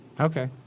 Okay